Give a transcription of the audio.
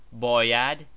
Boyad